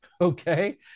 okay